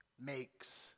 makes